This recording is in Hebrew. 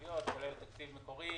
כולל תקציב מקורי